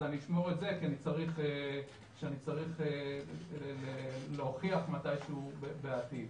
אז אשמור את זה כי אני צריך משהו מתישהו בעתיד.